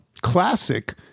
Classic